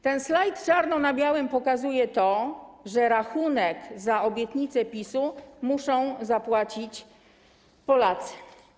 Ten slajd czarno na białym pokazuje to, że rachunek za obietnice PiS muszą zapłacić Polacy.